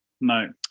No